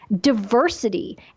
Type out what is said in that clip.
diversity